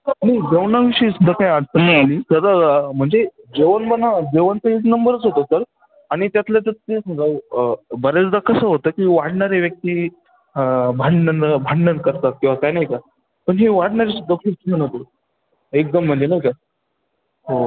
आणि जेवणाविषयी सुद्धा काय आडचण नाही आली सगळं म्हणजे जेवण पण जेवण तर एक नंबरच होतं सर आणि त्यातलं तर ते बऱ्याचदा कसं होतं की वाढणारे व्यक्ती भांडणं भांडण करतात किंवा काय नाही का पण जे वाढणारे सुद्धा खूप छान होते एकदम म्हणजे नाही का हो